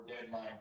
deadline